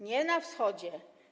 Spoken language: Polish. Nie na wschodzie.